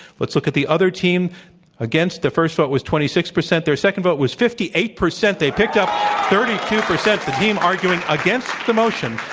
let's look at the other team against. the first vote was twenty six percent. their second vote was fifty eight percent. they picked up thirty two percent the team arguing against the motion,